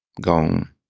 gone